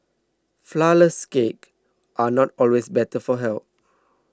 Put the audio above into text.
Flourless Cakes are not always better for health